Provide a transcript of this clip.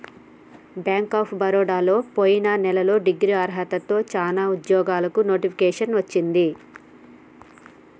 bank of బరోడలో పొయిన నెలలో డిగ్రీ అర్హతతో చానా ఉద్యోగాలకు నోటిఫికేషన్ వచ్చింది